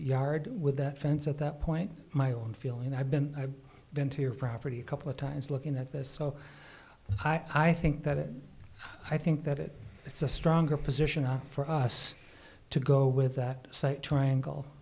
yard with that fence at that point my own feeling i've been i've been to your property a couple of times looking at this so i think that it i think that it's a stronger position up for us to go with that site triangle